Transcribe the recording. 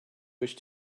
wish